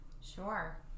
Sure